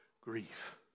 grief